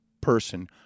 person